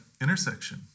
intersection